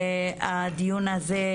הדיון הזה,